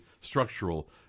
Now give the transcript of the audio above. structural